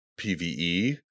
PVE